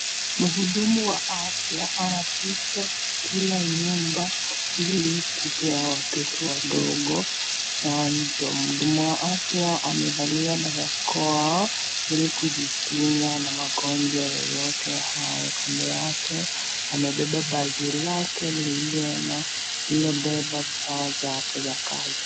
Muhudumu wa afya anapita kila nyumba, ili kupea watoto wadogo chanjo. Muhudumu wa afya amevalia barakoa ili kujikinga na magonjwa yoyote. Kando yake amebeba begi lake lililobeba vifaa zake za kazi.